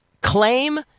claim